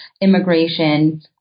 immigration